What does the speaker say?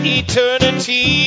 eternity